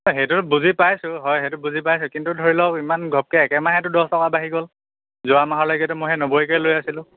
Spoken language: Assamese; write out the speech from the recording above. সেইটো বুজি পাইছোঁ হয় সেইটো বুজি পাইছোঁ কিন্তু ধৰি লওক ইমান ঘপকৈ একে মাহেতো দহ টকা বাঢ়ি গ'ল যোৱা মাহলৈকেতো মই সেই নব্বৈকৈ লৈ আছিলোঁ